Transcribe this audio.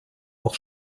auch